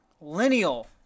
lineal